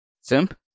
simp